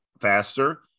faster